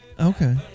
Okay